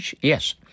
Yes